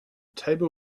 table